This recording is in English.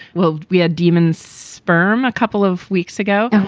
well, we had demons, sperm a couple of weeks ago.